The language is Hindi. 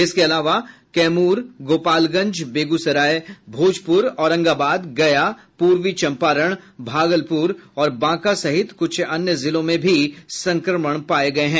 इसके अलावे कैमूर गोपालगंजबेगूसराय भोजपुर औरंगाबाद गया पूर्वी चंपारण भागलपुर और बांका सहित कुछ अन्य जिलों में भी संक्रमण पाये गये हैं